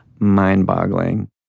mind-boggling